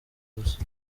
gusa